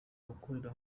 gukorera